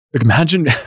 imagine